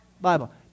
Bible